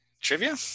Trivia